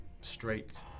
straight